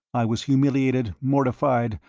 i was humiliated, mortified,